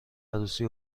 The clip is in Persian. عروسی